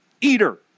eater